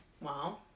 Wow